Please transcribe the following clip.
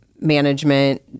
management